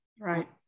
right